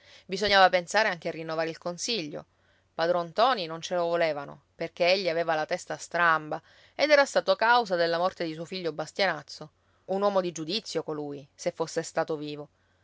bisognava pensare anche a rinnovare il consiglio padron ntoni non ce lo volevano perché egli aveva la testa stramba ed era stato causa della morte di suo figlio bastianazzo un uomo di giudizio colui se fosse stato vivo